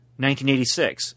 1986